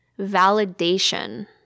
validation